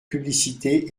publicité